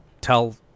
tell